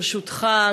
ברשותך,